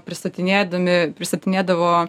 pristatinėdami pristatinėdavo